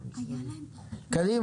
אדוני,